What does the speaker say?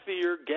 fear